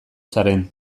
zaren